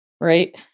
right